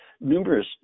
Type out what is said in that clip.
numerous